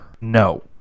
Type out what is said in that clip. No